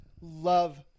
love